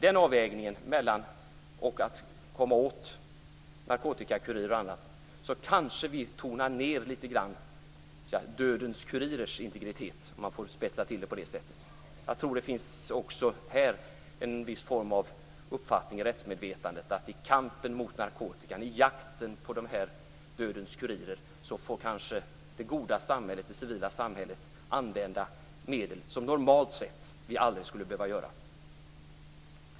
Men i avvägningen mellan det ingreppet och syftet att komma åt narkotikakurirer, tonar vi nog ned "dödens kurirers" integritet litet grand, om man får spetsa till det på det sättet. Jag tror att det också här finns en uppfattning i rättsmedvetandet om att det goda, civila samhället i kampen mot narkotikan och i jakten på dödens kurirer bör få använda medel som normalt sett aldrig skulle behöva användas.